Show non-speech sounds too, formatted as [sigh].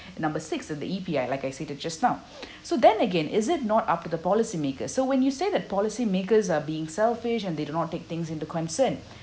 number six on the E_P_I like I said that just now [breath] [noise] so then again is it not up to the policymakers so when you say that policymakers are being selfish and they do not take things into concern